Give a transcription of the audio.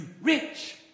rich